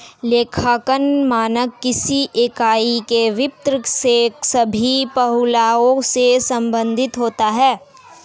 लेखांकन मानक किसी इकाई के वित्त के सभी पहलुओं से संबंधित होता है